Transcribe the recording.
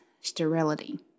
sterility